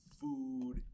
food